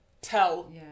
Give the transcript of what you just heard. tell